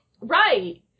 Right